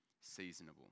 seasonable